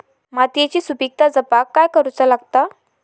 मातीयेची सुपीकता जपाक काय करूचा लागता?